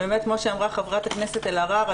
כמו שאמרה חברת הכנסת אלהרר,